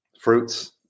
fruits